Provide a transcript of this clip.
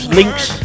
links